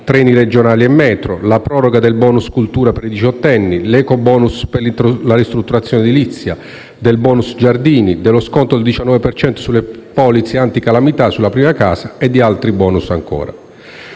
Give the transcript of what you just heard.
treni regionali e metro, la proroga del *bonus* cultura per i diciottenni, dell'ecobonus per le ristrutturazioni edilizie, del *bonus* giardini, dello sconto del 19 per cento sulle polizze anticalamità sulla prima casa e altri *bonus* ancora.